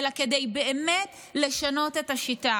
עם גידול טבעי כל שנה של מיליארד שקל.